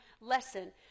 lesson